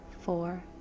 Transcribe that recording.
four